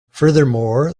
furthermore